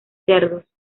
cerdos